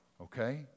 Okay